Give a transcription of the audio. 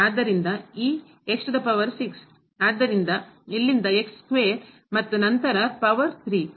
ಆದ್ದರಿಂದ ಈ ಆದ್ದರಿಂದ ಇಲ್ಲಿಂದ ಮತ್ತು ನಂತರ ಪವರ್ 3